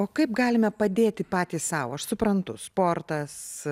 o kaip galime padėti patys sau aš suprantu sportas